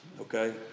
okay